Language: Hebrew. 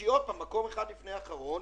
שהיא מקום אחד לפני אחרון,